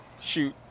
shoot